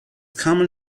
common